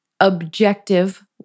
objective